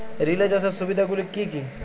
Relay চাষের সুবিধা গুলি কি কি?